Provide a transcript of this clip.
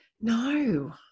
No